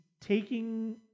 taking